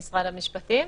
המשפטים.